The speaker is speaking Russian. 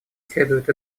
следует